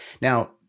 Now